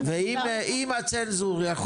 ואם הצנזור יכול